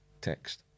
text